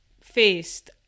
faced